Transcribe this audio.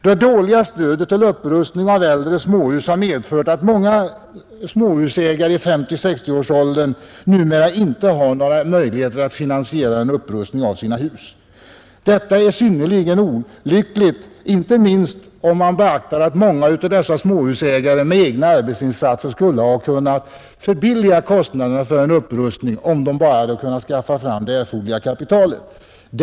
Det dåliga stödet till upprustning av äldre småhus har medfört att många småhusägare i 50-, 60-årsåldern numera inte har möjlighet att finansiera en modernisering av sina hus. Detta är synnerligen olyckligt, inte minst om man beaktar att många av dem skulle ha kunnat förbilliga en upprustning genom egna arbetsinsatser, om de bara hade kunnat skaffa fram det erforderliga kapitalet.